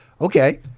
Okay